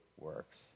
works